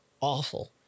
awful